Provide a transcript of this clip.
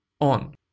on